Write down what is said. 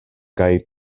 kaj